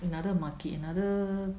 another market another